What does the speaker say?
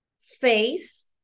face